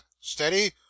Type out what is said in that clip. Steady